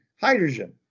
Hydrogen